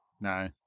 No